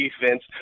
defense